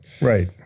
Right